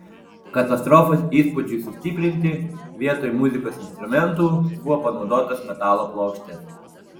katastrofos įspūdžiui sustiprinti vietoj muzikos instrumentų buvo panaudotos metalo plokštės